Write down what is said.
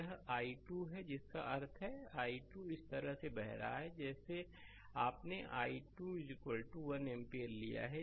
यह i2 है जिसका अर्थ है i2 इस तरह से बह रहा है जैसे आपने i2 1 एम्पीयर लिया है